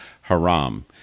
haram